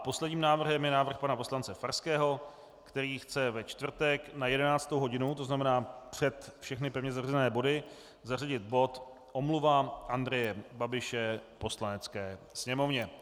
Posledním návrhem je návrh pana poslance Farského, který chce ve čtvrtek na 11. hodinu, to znamená před všechny pevně zařazené body, zařadit bod Omluva Andreje Babiše Poslanecké sněmovně.